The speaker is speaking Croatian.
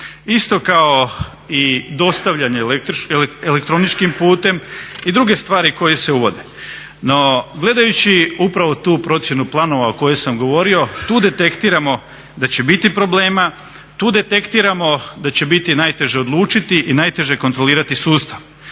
isto kao i dostavljanje elektroničkim putem i druge stvari koje se uvode. No gledajući upravo tu procjenu planova o kojoj sam govorio, tu detektiramo da će biti problema, tu detektiramo da će biti najteže odlučiti i najteže kontrolirati sustav.